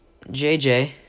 JJ